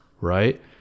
right